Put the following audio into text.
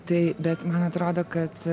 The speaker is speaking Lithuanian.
tai bet man atrodo kad